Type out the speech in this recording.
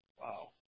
Wow